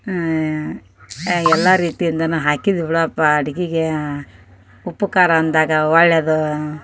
ಎಲ್ಲ ರೀತಿಯಿಂದನೂ ಹಾಕಿದ್ವಿ ಬಿಡಪ್ಪ ಅಡುಗೆಗೇ ಉಪ್ಪು ಖಾರ ಅಂದಾಗ ಒಳ್ಳೆದೂ